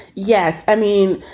yes. i mean,